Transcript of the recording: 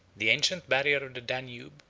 the ancient barrier of the danube,